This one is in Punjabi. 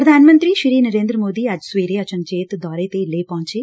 ਪ੍ਰਧਾਨ ਮੰਤਰੀ ਨਰੇ'ਦਰ ਮੋਦੀ ਅੱਜ ਸਵੇਰੇ ਅਚਨਚੇਤ ਦੌਰੇ ਤੇ ਲੇਹ ਪਹੁੰਚੇ